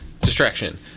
Distraction